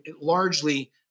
largely